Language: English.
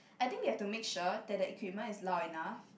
I think you have to make sure that the equipment is loud enough